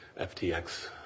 FTX